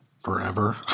Forever